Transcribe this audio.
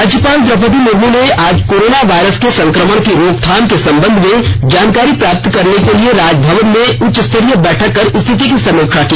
राज्यपाल द्रौपदी मुर्मू ने आज कोरोना वायरस के संक्रमण की रोकथाम के संबंध में जानकारी प्राप्त करने के लिए राजभवन में उच्चस्तरीय बैठक कर स्थिति की समीक्षा की